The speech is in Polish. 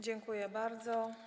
Dziękuję bardzo.